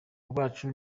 rwacu